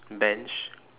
bench